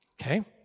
Okay